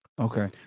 Okay